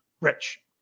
Rich